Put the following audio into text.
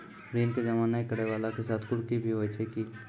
ऋण के जमा नै करैय वाला के साथ कुर्की भी होय छै कि?